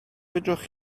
fedrwch